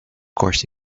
course